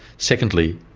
secondly,